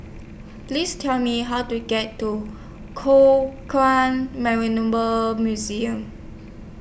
Please Tell Me How to get to Museum